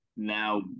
now